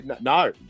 No